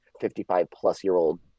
55-plus-year-old